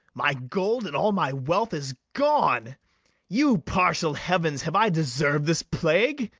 my gold, and all my wealth is gone you partial heavens, have i deserv'd this plague?